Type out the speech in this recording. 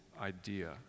idea